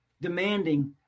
Demanding